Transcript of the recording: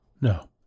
No